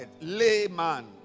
layman